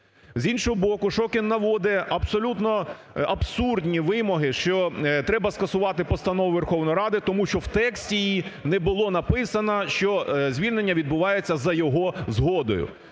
З іншого боку, Шокін наводить абсолютно абсурдні вимоги, що треба скасувати Постанову Верховної Ради, тому що в тексті її не було написано, що звільнення відбувається за його згодою.